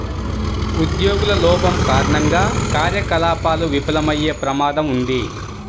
ఉద్యోగుల లోపం కారణంగా కార్యకలాపాలు విఫలమయ్యే ప్రమాదం ఉంది